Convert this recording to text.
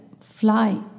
fly